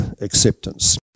acceptance